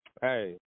Hey